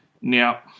Now